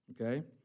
okay